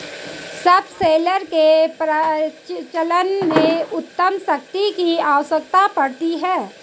subsoiler के परिचालन में उच्च शक्ति की आवश्यकता पड़ती है